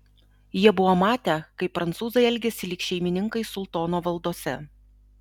jie buvo matę kaip prancūzai elgiasi lyg šeimininkai sultono valdose